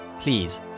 Please